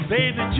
Baby